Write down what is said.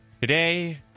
Today